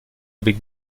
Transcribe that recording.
avec